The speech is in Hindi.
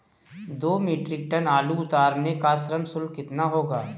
दो मीट्रिक टन आलू उतारने का श्रम शुल्क कितना होगा?